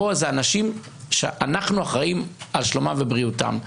פה אלה אנשים שאנחנו אחראים על שלומם ובריאותם.